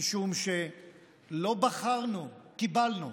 משום שלא בחרנו, קיבלנו.